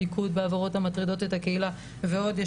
מיקוד בעבירות המטרידות את הקהילה, ועוד.